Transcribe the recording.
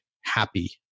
happy